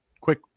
quick